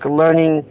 learning